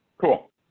Cool